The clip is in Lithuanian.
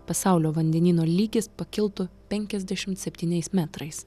pasaulio vandenyno lygis pakiltų penkiasdešimt septyniais metrais